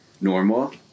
normal